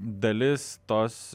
dalis tos